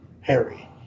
Harry